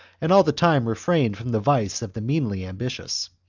and all the time refrained from the vice of the meanly ambitious,